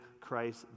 Christ